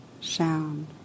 sound